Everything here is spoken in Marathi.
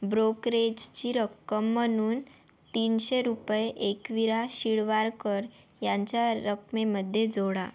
ब्रोकरेजची रक्कम म्हणून तीनशे रुपये एकविरा शिरवारकर यांच्या रकमेमध्ये जोडा